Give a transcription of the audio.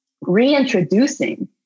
reintroducing